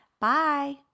Bye